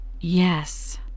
Yes